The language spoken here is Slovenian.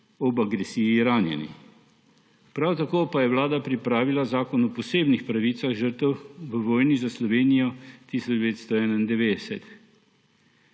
ob agresiji ranjeni. Prav tako pa je Vlada pripravila Zakon o posebnih pravicah žrtev v vojni za Slovenijo 1991.